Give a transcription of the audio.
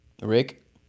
Rick